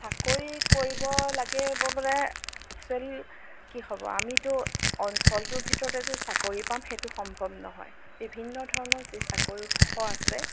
চাকৰি কৰিব লাগিব বুলি এক্সুৱেল কি হ'ব আমিতো অঞ্চলটোৰ ভিতৰতে যে চাকৰি পাম সেইটো সম্ভৱ নহয় বিভিন্ন ধৰণৰ যি চাকৰিৰ উৎস আছে